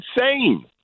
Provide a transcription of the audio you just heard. insane